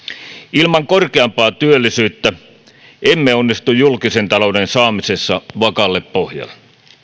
ilman korkeampaa työllisyyttä emme onnistu julkisen talouden saamisessa vakaalle pohjalle